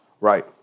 Right